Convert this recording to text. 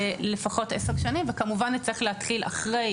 זה לפחות עשר שנים וכמובן נצטרך להתחיל אחרי